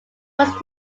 was